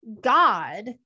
God